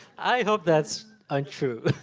i hope that's um true.